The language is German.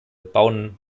bauen